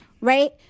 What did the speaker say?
right